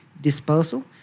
dispersal